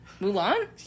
Mulan